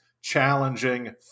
challenging